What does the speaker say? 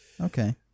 Okay